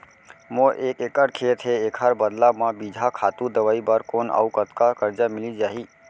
मोर एक एक्कड़ खेत हे, एखर बदला म बीजहा, खातू, दवई बर कोन अऊ कतका करजा मिलिस जाही?